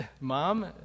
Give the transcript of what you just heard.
mom